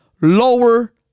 lower